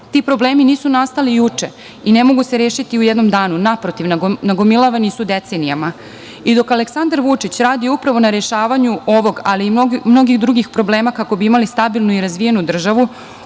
Ti problemi nisu nastali juče i ne mogu se rešiti u jednom danu. Naprotiv, nagomilavani su decenijama.I dok Aleksandar Vučić radi upravo na rešavanju ovog, ali i mnogih drugih problema, kako bi imali stabilnu i razvijenu državu,